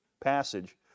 passage